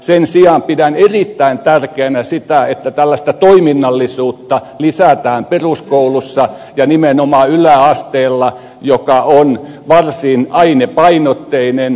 sen sijaan pidän erittäin tärkeänä sitä että tällaista toiminnallisuutta lisätään peruskoulussa ja nimenomaan yläasteella joka on varsin ainepainotteinen